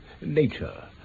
nature